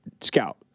scout